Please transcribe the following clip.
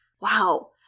Wow